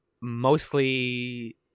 mostly